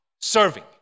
serving